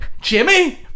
Jimmy